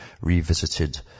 Revisited